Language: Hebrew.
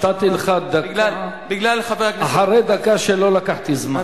נתתי לך דקה אחרי דקה שלא לקחתי זמן,